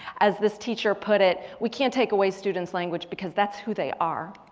as this teacher put it, we can't take away student's language because that's who they are.